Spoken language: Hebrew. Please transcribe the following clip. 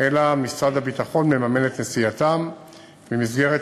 אלא משרד הביטחון מממן את נסיעתם במסגרת